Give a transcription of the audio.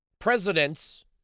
Presidents